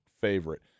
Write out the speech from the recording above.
favorite